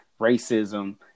racism